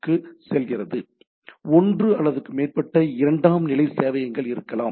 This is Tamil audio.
எனவே ஒன்று அல்லது அதற்கு மேற்பட்ட இரண்டாம் நிலை சேவையகம் இருக்கலாம்